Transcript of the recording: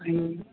हूं